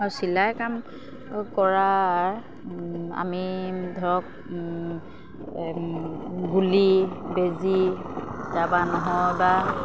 আৰু চিলাই কাম কৰাৰ আমি ধৰক গুলি বেজী তাৰপৰা নহয় বা